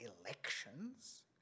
elections